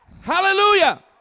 Hallelujah